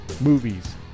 movies